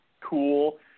cool